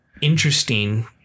interesting